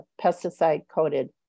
pesticide-coated